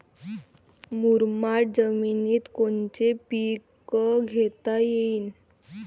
मुरमाड जमिनीत कोनचे पीकं घेता येईन?